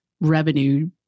revenue